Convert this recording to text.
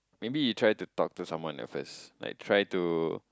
maybe you try to talk to someone at first like try to